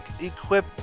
equip